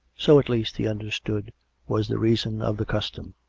so, at leasrt, he understood was the reason of the custom.